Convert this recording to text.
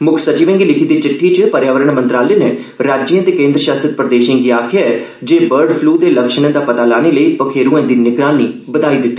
मुक्ख सचिवें गी लिक्खी दी चिट्ठी च पर्यावरण मंत्रालय नै राज्ये ते केन्द्र शासित प्रदेशें गी आखेआ ऐ जे इस बमारी दे लक्षणें दा पता लाने लेई पखेरूएं दी निगरानी बघाई देन